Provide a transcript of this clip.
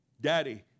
daddy